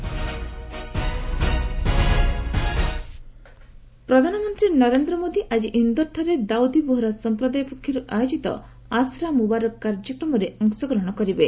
PM Dawoodi Bohra ପ୍ରଧାନମନ୍ତ୍ରୀ ନରେନ୍ଦ୍ର ମୋଦି ଆକ୍ରି ଇନ୍ଦୋରଠାରେ ଦାଉଦି ବୋହରା ସମ୍ପ୍ରଦାୟ ପକ୍ଷରୁ ଆୟୋଜିତ ଆଶରା ମୁବାରକା କାର୍ଯ୍ୟକ୍ରମରେ ଅଂଶଗ୍ରହଣ କରିବେ